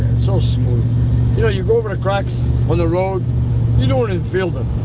so smooth you know you go over the cracks on the road you know what it feel them